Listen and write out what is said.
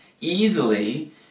easily